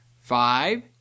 Five